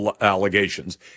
allegations